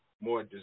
more